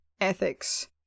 ethics